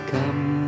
Come